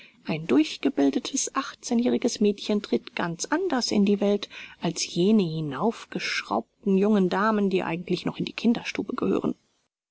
ein durchgebildetes achtzehnjähriges mädchen tritt ganz anders in die welt als jene hinaufgeschraubten jungen damen die eigentlich noch in die kinderstube gehören